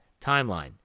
timeline